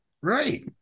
Right